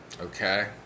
Okay